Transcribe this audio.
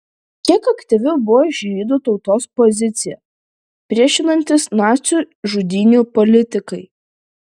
kiek aktyvi buvo žydų tautos pozicija priešinantis nacių žudynių politikai